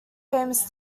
famous